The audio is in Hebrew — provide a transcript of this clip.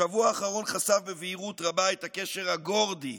השבוע האחרון חשף בבהירות רבה את הקשר הגורדי הזה,